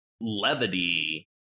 levity